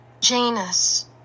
Janus